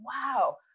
wow